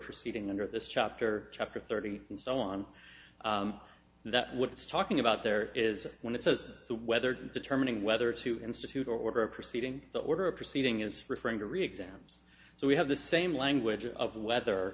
proceeding under this chapter chapter thirty and so on that what it's talking about there is when it says whether in determining whether to institute order a proceeding the order of proceeding is referring to re exams so we have the same language of whether